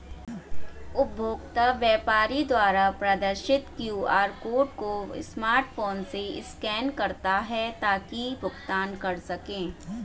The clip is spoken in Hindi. उपभोक्ता व्यापारी द्वारा प्रदर्शित क्यू.आर कोड को स्मार्टफोन से स्कैन करता है ताकि भुगतान कर सकें